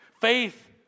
Faith